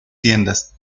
tiendas